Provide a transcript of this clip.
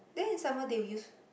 then in summer they use